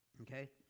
okay